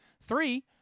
Three